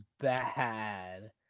bad